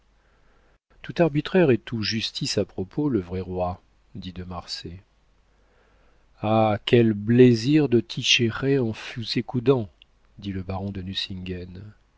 tout arbitraire et tout justice à propos le vrai roi dit de marsay ah quel blézir te tichérer en fus égoudant dit le baron de